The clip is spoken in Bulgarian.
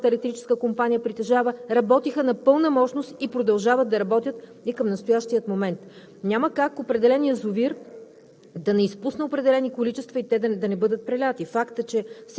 Всички съоръжения, всички водноелектрически централи и ПАВЕЦ, които Националната електрическа компания притежава, работиха на пълна мощност и продължават да работят към настоящия момент. Няма как определен язовир